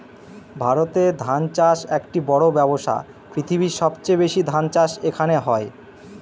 ভারতে ধান চাষ একটি বড়ো ব্যবসা, পৃথিবীর সবচেয়ে বেশি ধান চাষ এখানে হয়